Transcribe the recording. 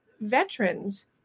veterans